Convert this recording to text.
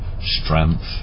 strength